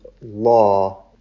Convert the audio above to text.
law